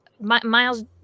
Miles